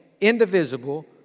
indivisible